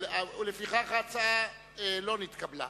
לפיכך, ההצעה לא נתקבלה.